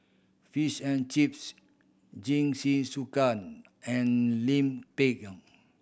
Fish and Chips Jingisukan and Lime Pickle